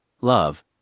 love